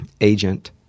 agent